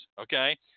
Okay